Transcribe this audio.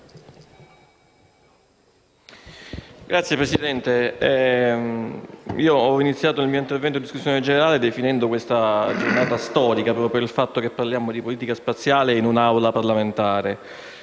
Signor Presidente, ho iniziato il mio intervento in discussione generale definendo questa giornata storica per il fatto che parliamo di politica spaziale in un'Aula parlamentare.